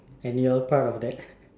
and you are part of that